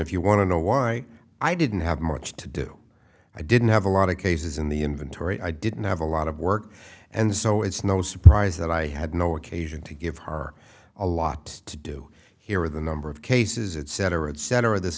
if you want to know why i didn't have much to do i didn't have a lot of cases in the inventory i didn't have a lot of work and so it's no surprise that i had no occasion to give her a lot to do here or the number of cases it set her and center of this